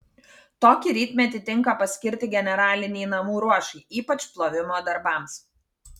tokį rytmetį tinka paskirti generalinei namų ruošai ypač plovimo darbams